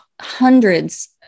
hundreds